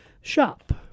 shop